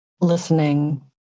listening